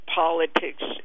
politics